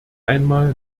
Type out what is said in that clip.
einmal